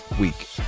week